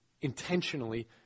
intentionally